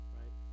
right